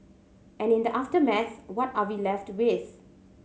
and in the aftermath what are we left with